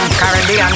currently